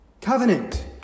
Covenant